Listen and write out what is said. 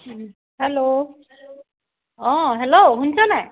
hello অঁ hello শুনিছ নাই